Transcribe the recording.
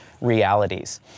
realities